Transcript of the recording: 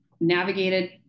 navigated